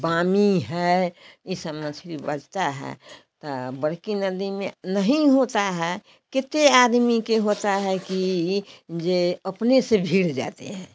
पामी है यह सब मछली बझता है तो बड़की नदी में नहीं होता है केते आदमी के होता है कि यह जे अपने से भीर जाते हैं